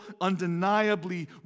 undeniably